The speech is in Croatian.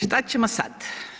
Šta ćemo sad?